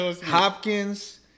Hopkins